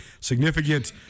significant